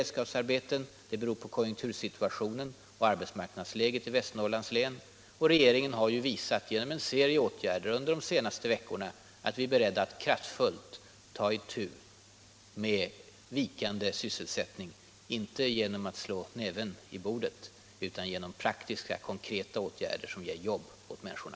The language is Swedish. Det beror på konjunktursituationen och arbetsmarknadsläget i Västernorrlands län om man måste gå in med ytterligare beredskapsarbeten, men i regeringen har vi genom en serie åtgärder under de senaste veckorna visat att vi är beredda att kraftfullt ta itu med vikande sysselsättning, inte genom att slå näven i bordet utan genom praktiska konkreta åtgärder, som ger jobb åt människorna.